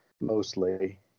mostly